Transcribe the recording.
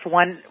one